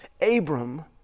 Abram